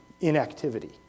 inactivity